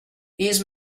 these